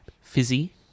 fizzy